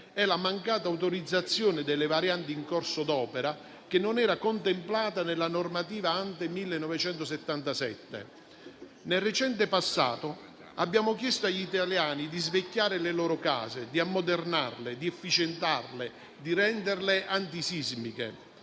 e la mancata autorizzazione delle varianti in corso d'opera, che non era contemplata nella normativa ante 1977. Nel recente passato abbiamo chiesto agli italiani di svecchiare le loro case, ammodernarle, efficientarle e renderle antisismiche.